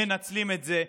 מנצלים את זה,